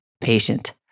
patient